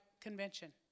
convention